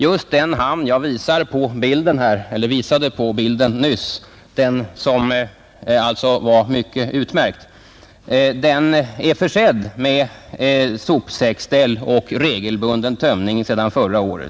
Just den hamn, som jag nyss visade på bilden och som alltså är utmärkt, är sedan förra året försedd med sopsäcksställ som har regelbunden tömning.